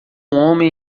homem